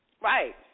right